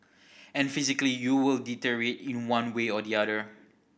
and physically you will deteriorate in one way or the other